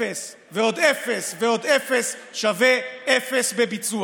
אפס ועוד אפס ועוד אפס שווה אפס בביצוע.